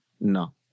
No